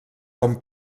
com